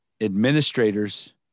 Administrators